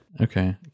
okay